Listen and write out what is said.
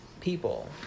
people